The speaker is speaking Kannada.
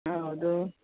ಹೌದು